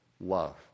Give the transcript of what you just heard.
love